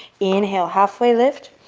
inhale, halfway lift.